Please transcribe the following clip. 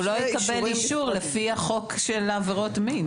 הוא לא יקבל אישור לפי החוק של עבירות מין.